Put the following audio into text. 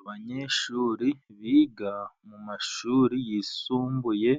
Abanyeshuri biga mu mashuri yisumbuye